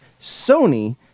Sony